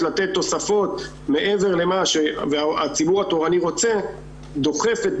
לתת תוספת מעבר למה שהציבור התורני רוצה דוחפת את